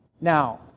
Now